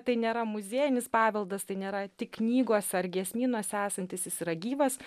tai nėra muziejinis paveldas tai nėra tik knygos ar giesmynas esantys jis yra gyvas